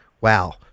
wow